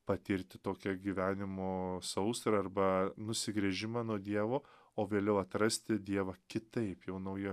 patirti tokią gyvenimo sausrą arba nusigręžimą nuo dievo o vėliau atrasti dievą kitaip jau naujo